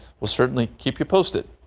we'll certainly keep you posted.